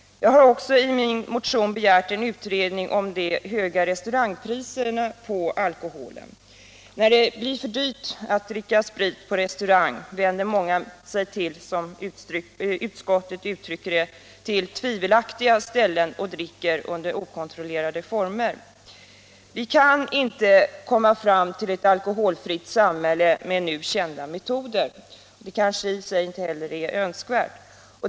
Jag har i yrkande 3 i min motion begärt en utredning om de höga restaurangpriserna på alkohol. När det blir för dyrt att dricka sprit på restaurang, vänder sig många till — som utskottet uttrycker det — tvivelaktiga ställen och dricker under okontrollerade former. Vi kan inte komma fram till ett alkoholfritt samhälle med nu kända metoder, och det kanske inte heller är önskvärt.